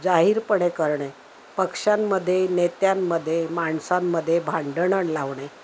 जाहिरपणे करणे पक्षांमध्ये नेत्यांमध्ये माणसांमध्ये भांडणं लावणे